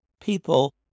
people